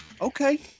Okay